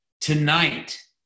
tonight